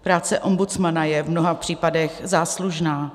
Práce ombudsmana je v mnoha případech záslužná.